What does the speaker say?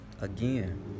again